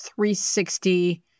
360